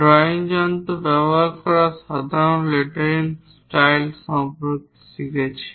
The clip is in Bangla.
ড্রয়িং যন্ত্র ব্যবহার করা সাধারণ লেটারিং স্ট্যাইল সম্পর্কে শিখেছি